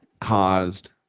caused